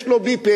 ויש לו ביפר,